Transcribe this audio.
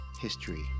history